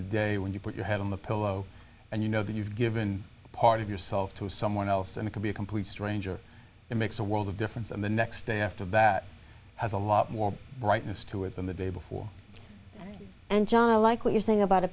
the day when you put your head on the pillow and you know that you've given a part of yourself to someone else and it can be a complete stranger it makes a world of difference and the next day after that has a lot more brightness to it than the day before and john like what you're saying about